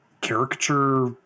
caricature